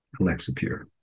Alexapure